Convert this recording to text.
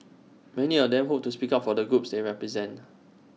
many of them hope to speak up for the groups they represent